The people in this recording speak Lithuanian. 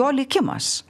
jo likimas